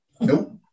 Nope